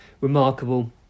remarkable